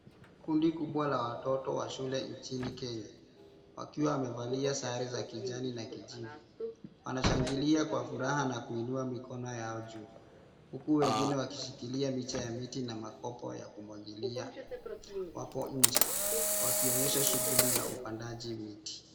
Kundi kubwa la watoto wa shule nchini Kenya, wakiwa wamevalia sare za kijani na kijivu. Wanashangilia kwa furaha na kuinua mikono yao juu, huku wengine wakishikilia miche ya miti na makopo ya kumwagilia. Wapo nje, wakionyesha shughuli ya upandaji miti.